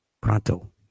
Pronto